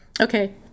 Okay